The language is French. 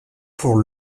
pour